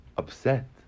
upset